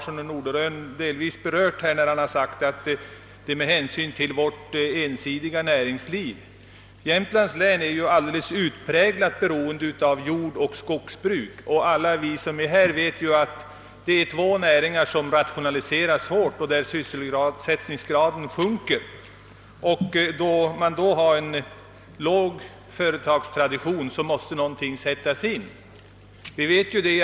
Som herr Larsson i Norderön har framhållit är näringslivet i Jämtlands län ensidigt. Det är i utpräglad grad beroende av jordoch skogsbruk. Vi vet alla här att dessa två näringar rationaliseras hårt och att sysselsättningsgraden därför sjunker. När man inte har någon expansiv företagsenhet att bygga på måste speciella åtgärder vidtas.